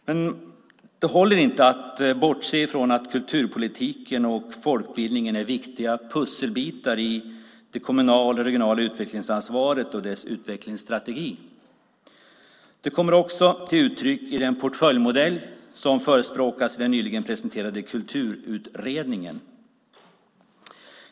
Men det håller inte att bortse från att kulturpolitiken och folkbildningen är viktiga pusselbitar i det kommunala och regionala utvecklingsansvaret och dess utvecklingsstrategi. Det kommer också till uttryck i den portföljmodell som förespråkas i den nyligen presenterade Kulturutredningen.